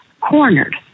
cornered